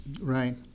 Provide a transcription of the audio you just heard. Right